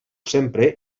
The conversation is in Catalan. sempre